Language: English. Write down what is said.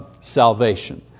salvation